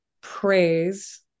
Praise